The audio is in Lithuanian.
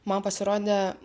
man pasirodė